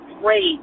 great